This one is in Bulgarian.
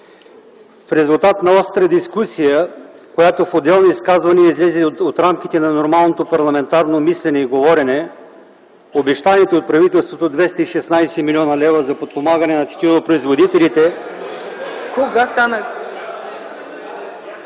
В резултат на остра дискусия, която в отделни изказвания излезе от рамките на нормалното парламентарно мислене и говорене, обещаните от правителството 216 млн. лв. за подпомагане на тютюнопроизводителите… (Шум и